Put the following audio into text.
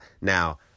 Now